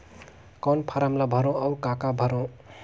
कौन फारम ला भरो और काका भरो?